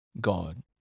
God